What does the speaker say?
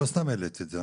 לא סתם העליתי את זה,